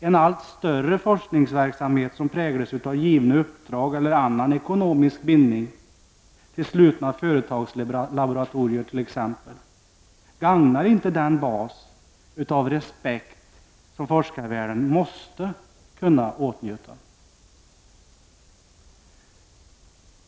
En allt större forskningsverksamhet som präglas av givna uppdrag eller annan ekonomisk bindning till t.ex. slutna företagslaboratorier gagnar inte den bas av respekt som forskarvärlden måste kunna åtnjuta.